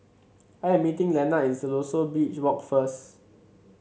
I am meeting Lenard in Siloso Beach Walk first